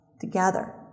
together